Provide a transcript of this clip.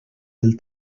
del